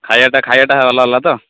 ଖାଇବାଟା ଖାଇବାଟା ଭଲ ହେଲା ତ